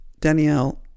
Danielle